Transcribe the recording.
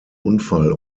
unfall